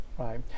Right